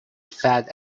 fat